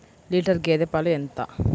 Litre గేదె పాలు ఎంత?